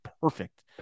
perfect